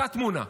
אותה תמונה.